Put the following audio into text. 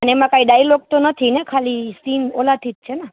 અને એમાં કાંઈ ડાઇલોક તો નથી ને ખાલી સીન ઓલાથી જ છે ને